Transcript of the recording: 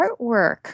artwork